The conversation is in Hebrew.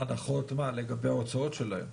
הנחות מה, לגבי ההוצאות שלהן?